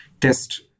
test